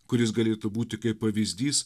kuris galėtų būti kaip pavyzdys